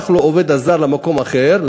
העובד הזר ברח מאותו קשיש למקום אחר,